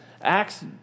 Acts